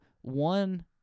one